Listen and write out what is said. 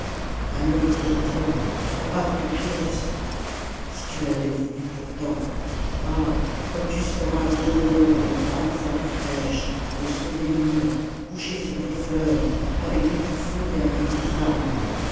un homme comme toi plus brave que pyrrhus si tu l'avais voulu pourtant ah comme tu seras heureux dans les grandes salles fraîches au son des lyres couché sur des fleurs avec des bouffons et avec des femmes